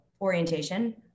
orientation